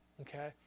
Okay